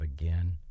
again